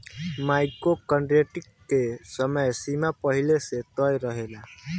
micro credit के समय सीमा पहिले से तय रहेला